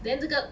then 这个